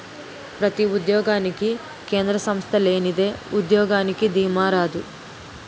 ప్రతి ఉద్యోగానికి కేంద్ర సంస్థ లేనిదే ఉద్యోగానికి దీమా రాదు